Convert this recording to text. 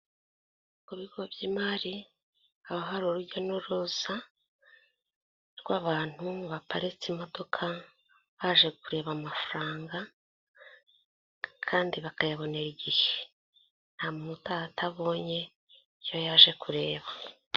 Ku bigo by'imari haba hari urujya n'uruza, rw'abantu baparitse imodoka, baje kureba amafaranga, kandi bakayabonera igihe, nta muntu utaha atabonye icyo yaje kureba.